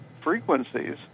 frequencies